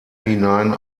hinein